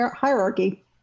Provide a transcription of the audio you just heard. hierarchy